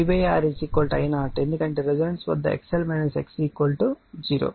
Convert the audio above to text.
V R I 0 ఎందుకంటే resonance వద్ద XL XC 0 మరియు XL XC 0 అయితే కరెంట్ గరిష్టంగా ఉంటుంది